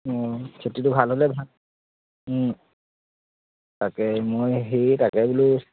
অঁ খেতিটো ভাল হ'লে ভাল তাকে মই হেৰি তাকে বোলো